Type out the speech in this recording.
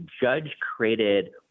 judge-created